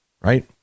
Right